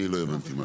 אני לא הבנתי משהו.